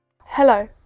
Hello